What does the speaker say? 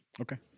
Okay